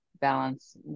balance